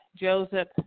Joseph